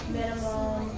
minimum